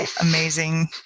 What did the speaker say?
amazing